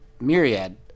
myriad